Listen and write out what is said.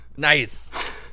Nice